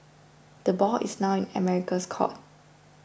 the ball is now in America's court